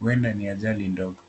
Huenda ni ajali ndogo.